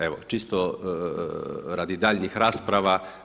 Evo čisto radi daljnjih rasprava.